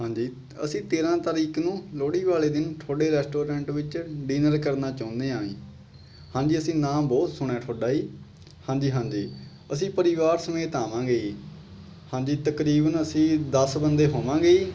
ਹਾਂਜੀ ਅਸੀਂ ਤੇਰਾਂ ਤਾਰੀਕ ਨੂੰ ਲੋਹੜੀ ਵਾਲੇ ਦਿਨ ਤੁਹਾਡੇ ਰੈਸਟੋਰੈਂਟ ਵਿੱਚ ਡਿਨਰ ਕਰਨਾ ਚਾਹੁੰਦੇ ਹਾਂ ਜੀ ਹਾਂਜੀ ਅਸੀਂ ਨਾਮ ਬਹੁਤ ਸੁਣਿਆ ਤੁਹਾਡਾ ਜੀ ਹਾਂਜੀ ਹਾਂਜੀ ਅਸੀਂ ਪਰਿਵਾਰ ਸਮੇਤ ਆਵਾਂਗੇ ਜੀ ਹਾਂਜੀ ਤਕਰੀਬਨ ਅਸੀਂ ਦਸ ਬੰਦੇ ਹੋਵਾਂਗੇ